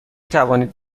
توانید